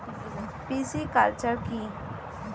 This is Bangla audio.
পিসিকালচার কি?